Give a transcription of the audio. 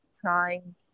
trying